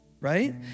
right